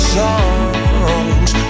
songs